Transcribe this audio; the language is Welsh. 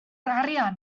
arian